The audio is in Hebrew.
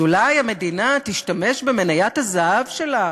אז אולי המדינה תשתמש במניית הזהב שלה,